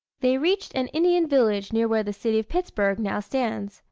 they reached an indian village near where the city of pittsburgh now stands,